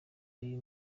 iyo